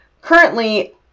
currently